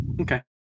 Okay